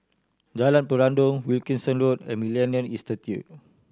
Jalan Peradun Wilkinson Road and Millennia Institute